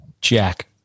Jack